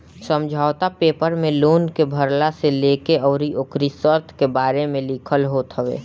समझौता पेपर में लोन के भरला से लेके अउरी ओकरी शर्त के बारे में लिखल होत हवे